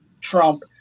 Trump